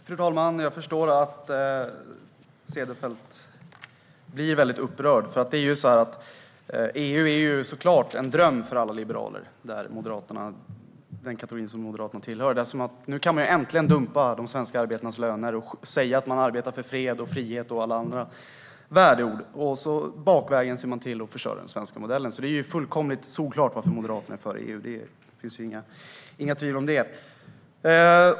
Fru talman! Jag förstår att Cederfelt blir upprörd. EU är såklart en dröm för alla liberaler, den kategori som Moderaterna tillhör. Nu kan man äntligen dumpa de svenska arbetarnas löner och säga att man arbetar för fred, frihet och alla andra värdeord samtidigt som man bakvägen ser till att förstöra den svenska modellen. Det är fullständigt solklart varför Moderaterna är för EU - det finns inga tvivel om det.